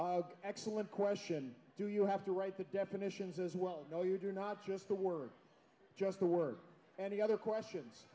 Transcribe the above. sir excellent question do you have to write the definitions as well no you do not just the words just the word and the other questions